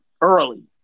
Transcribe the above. early